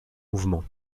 mouvements